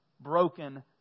broken